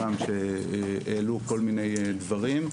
גם שהעלו כל מיני דברים,